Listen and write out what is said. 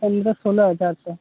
पन्द्रह सोलह हजार से